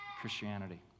Christianity